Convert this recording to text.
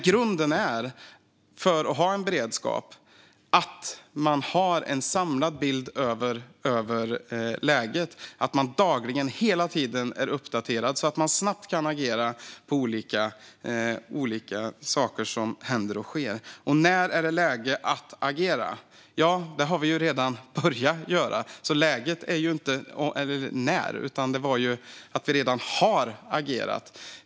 Grunden för att ha en beredskap är att man har en samlad bild av läget och hela tiden är uppdaterad, så att man snabbt kan agera på olika saker som händer. När är det läge att agera? Det har vi ju redan börjat göra, så det handlar inte om när. Vi har redan agerat.